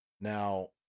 Now